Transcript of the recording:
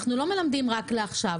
אנחנו לא מלמדים רק לעכשיו.